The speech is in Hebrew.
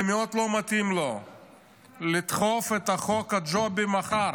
זה מאוד לא מתאים לו לדחוף את חוק הג'ובים מחר.